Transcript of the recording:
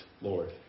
Lord